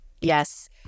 Yes